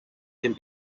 can